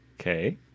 Okay